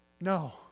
No